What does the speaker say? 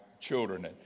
children